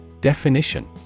Definition